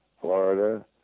Florida